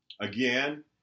again